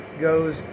goes